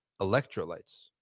Electrolytes